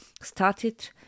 started